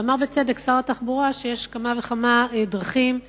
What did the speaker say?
אמר בצדק שר התחבורה שיש כמה וכמה דרכים,